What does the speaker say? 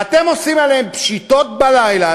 ואתם עושים עליהם פשיטות בלילה,